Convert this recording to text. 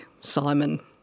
Simon